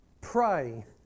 Pray